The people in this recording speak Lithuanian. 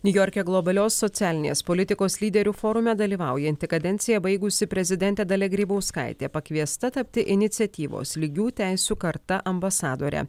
niujorke globalios socialinės politikos lyderių forume dalyvaujanti kadenciją baigusi prezidentė dalia grybauskaitė pakviesta tapti iniciatyvos lygių teisių karta ambasadore